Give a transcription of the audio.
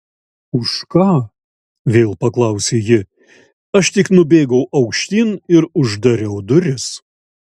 už ką vėl paklausė ji aš tik nubėgau aukštyn ir uždariau duris